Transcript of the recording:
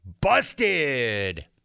Busted